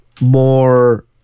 more